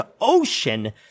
ocean